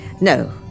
No